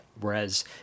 Whereas